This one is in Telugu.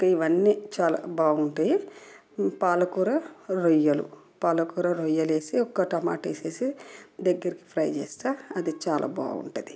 ఇంకా ఇవన్నీ చాలా బాగుంటాయి పాలకూర రొయ్యలు పాలకూర రొయ్యలు వేసి ఒక టమాట వేసేసి దగ్గరికి ఫ్రై చేస్తా అది చాలా బాగుంటుంది